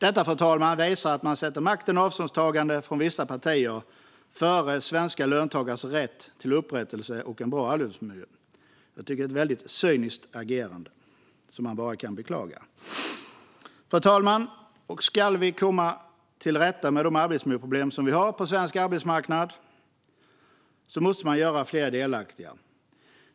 Detta, fru talman, visar att man sätter makten och avståndstagande från vissa partier före svenska löntagares rätt till upprättelse och en bra arbetsmiljö. Jag tycker att det är ett väldigt cyniskt agerande som jag bara kan beklaga. Fru talman! Ska vi komma till rätta med de arbetsmiljöproblem som vi har på svensk arbetsmarknad måste vi göra fler delaktiga i arbetet.